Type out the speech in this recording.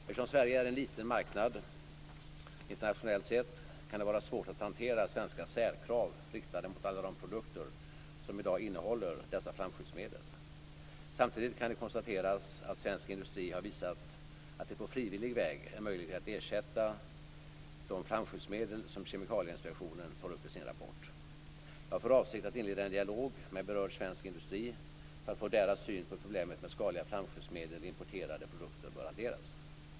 Eftersom Sverige är en liten marknad internationellt sett kan det vara svårt att hantera svenska särkrav riktade mot alla de produkter som i dag innehåller dessa flamskyddsmedel. Samtidigt kan det konstateras att svensk industri har visat att det på frivillig väg är möjligt att ersätta de flamskyddsmedel som Kemikalieinspektionen tar upp i sin rapport. Jag har för avsikt att inleda en dialog med berörd svensk industri för att få deras syn på hur problemet med skadliga flamskyddsmedel i importerade produkter bör hanteras.